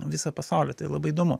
visą pasaulį tai labai įdomu